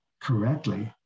correctly